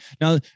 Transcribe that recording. Now